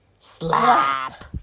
Slap